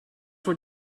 what